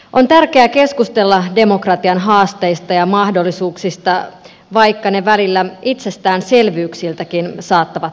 on tärkeää keskustella demokratian haasteista ja mahdollisuuksista vaikka ne välillä itsestäänselvyyksiltäkin saattavat tuntua